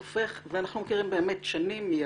ואנחנו מכירים באמת שנים מילדות,